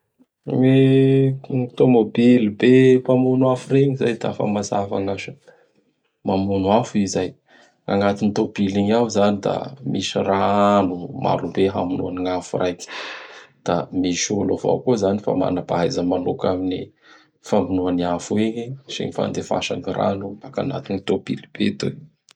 Gny tômôbily be mpamono afo regny zay da fa mazava gn' asany. Mamono afo i izay. Agnatintôbily igny ao izany da misy rano marobe hamonoany gny afo raiky. Da misy olo avao koa izay fa manampahaiza manoka amin'gny famoa an'gny afo igny sy gny fandefasa gny rano baka agnatin'gny tôbily be toy.